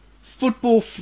football